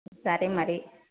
సరే మరి